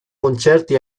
concerti